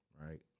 right